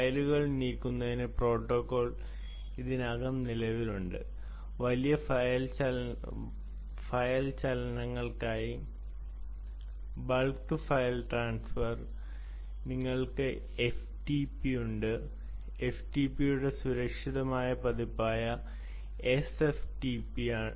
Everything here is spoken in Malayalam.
ഫയലുകൾ നീക്കുന്നതിന് പ്രോട്ടോക്കോൾ ഇതിനകം നിലവിലുണ്ട് വലിയ ഫയൽ ചലനങ്ങൾക്കായി ബൾക്ക് ഫയൽ ട്രാൻസ്ഫർ നിങ്ങൾക്ക് എഫ്ടിപി ഉണ്ട് എഫ്ടിപിയുടെ സുരക്ഷിത പതിപ്പ് എസ്എഫ്ടിപി ആണ്